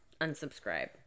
Unsubscribe